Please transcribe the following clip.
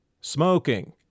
Smoking